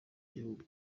igihugu